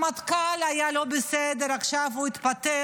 הרמטכ"ל היה לא בסדר, עכשיו הוא התפטר,